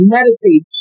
Meditate